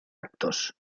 actos